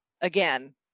again